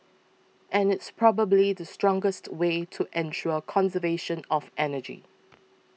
and it's probably the strongest way to ensure conservation of energy